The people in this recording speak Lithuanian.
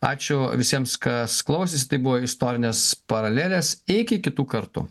ačiū visiems kas klausėsi tai buvo istorinės paralelės iki kitų kartų